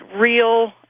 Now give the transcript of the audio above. real